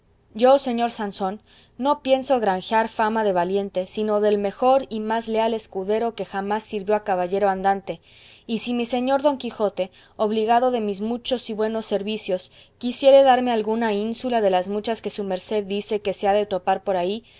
yo señor sansón no pienso granjear fama de valiente sino del mejor y más leal escudero que jamás sirvió a caballero andante y si mi señor don quijote obligado de mis muchos y buenos servicios quisiere darme alguna ínsula de las muchas que su merced dice que se ha de topar por ahí